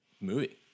movie